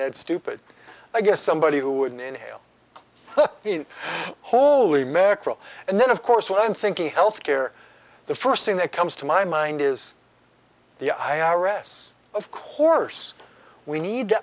is stupid i guess somebody who wouldn't inhale in holy mackerel and then of course what i'm thinking health care the first thing that comes to my mind is the i r s of course we need t